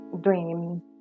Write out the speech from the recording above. dream